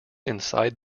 inside